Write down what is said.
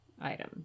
item